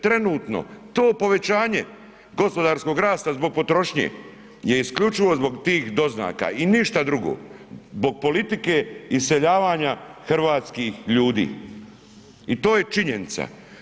Trenutno to povećanje gospodarskog rasta zbog potrošnje je isključivo zbog tih doznaka i ništa drugo, zbog politike iseljavanja hrvatskih ljudi i to je činjenica.